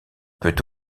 peut